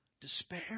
despair